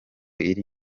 iri